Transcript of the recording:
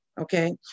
okay